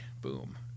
Boom